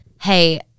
hey